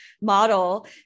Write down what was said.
model